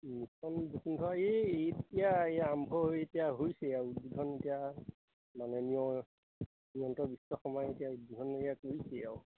mission Basundhara এই এতিয়া এই আৰম্ভ এতিয়া হৈছে আৰু উদ্বোধন এতিয়া মানে হিমন্ত বিশ্ব শৰ্মাই এতিয়া উদ্বোধন এয়া কৰিছে আৰু